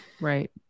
Right